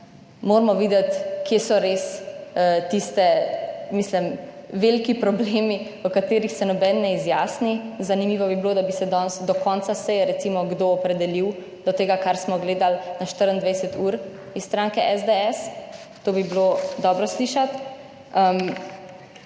moramo videti kje so res tiste, mislim veliki problemi o katerih se noben ne izjasni. Zanimivo bi bilo, da bi se danes do konca seje recimo kdo opredelil do tega, kar smo gledali na 24 h, iz stranke SDS. To bi bilo dobro slišati.